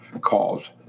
calls